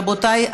רבותי,